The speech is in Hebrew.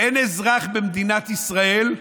אין אזרח במדינת ישראל,